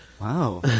wow